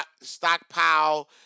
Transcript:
Stockpile